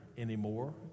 Anymore